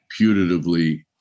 putatively